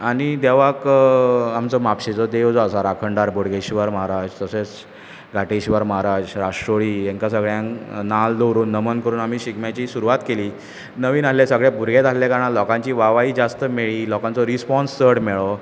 आनी देवाक आमचो म्हापशेंचो देव जो आसा राखणदार बोडगेश्वर महाराज तशेच गाटेश्वर महाराज राश्ट्रोळी हेंकां सगळ्यांक नाल्ल दवरून नमन करून आमी शिगम्याची सुरवात केली नवीन आसले सगळे भुरगेंच आसले कारणान लोकांची वा वाय जास्त मेळ्ळी लोकांचो रिस्पॉन्स चड मेळ्ळो